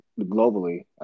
globally